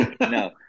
no